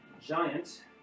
Giant